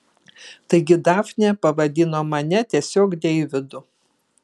taigi dafnė pavadino mane tiesiog deividu